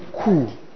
cool